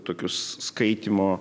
tokius skaitymo